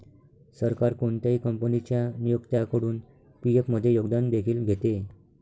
सरकार कोणत्याही कंपनीच्या नियोक्त्याकडून पी.एफ मध्ये योगदान देखील घेते